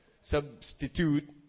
Substitute